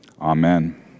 amen